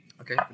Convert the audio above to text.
okay